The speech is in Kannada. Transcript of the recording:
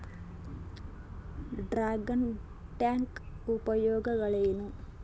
ಡ್ರಾಗನ್ ಟ್ಯಾಂಕ್ ಉಪಯೋಗಗಳೇನು?